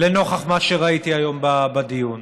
לנוכח מה שראיתי היום בדיון.